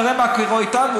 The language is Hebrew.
ונראה מה קורה איתם,